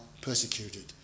persecuted